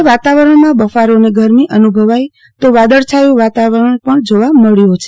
આજે વાતાવરણમાં બફારો અને ગરમી અનુભવાઈ હતી તો વાદળછાયુંવાતાવરણ જોવા મળી રહ્યું છે